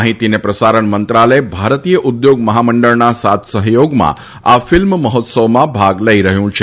માહિતી અને પ્રસારણ મંત્રાલય ભારતીય ઉદ્યોગ મહામંડળના સાથ સહયોગમાં આ ફિલ્મ મહોત્સવમાં ભાગ લઇ રહ્યુ છે